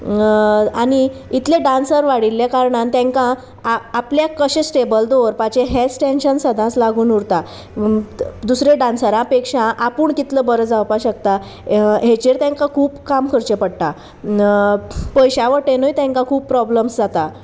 आनी इतलें डांसर वाडिल्ल्या कारणान तांकां आपल्याक कशें स्टेबल दवरपाचें हेंच टेंन्शन सदांच लागून उरता दुसऱ्या डांसरां पेक्षा आपूण कितलो बरें जावपाक शकता हेचेर तेंकां खूब काम करचें पडटा पयश्या वटेनूय तेंकां खूब प्रोब्लमस जाता